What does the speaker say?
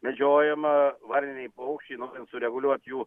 medžiojama varniniai paukščiai norint sureguliuot jų